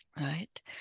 Right